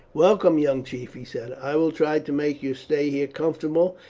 welcome, young chief, he said. i will try to make your stay here comfortable,